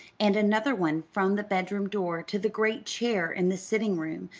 and another one from the bedroom door to the great chair in the sitting-room,